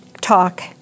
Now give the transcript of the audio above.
talk